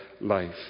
life